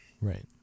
right